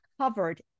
covered